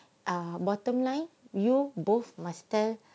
uh bottom line you both must tell